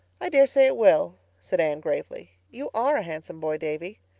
i daresay it will, said anne gravely. you are a handsome boy, davy.